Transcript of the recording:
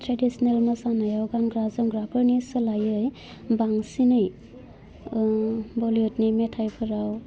traditional मोसानायाव गानग्रा जोमग्राफोरनि सोलायै बांसिनै बलीयुदनि मेथाइफोराव